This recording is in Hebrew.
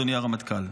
אדוני הרמטכ"ל,